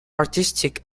artistic